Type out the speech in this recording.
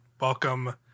Welcome